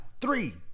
Three